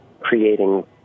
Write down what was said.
creating